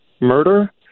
murder